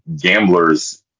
gamblers